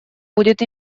будет